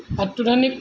অত্যাধুনিক